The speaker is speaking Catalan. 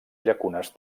llacunes